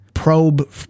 probe